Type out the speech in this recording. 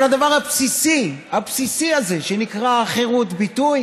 אבל הדבר הבסיסי הזה שנקרא חירות ביטוי